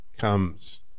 comes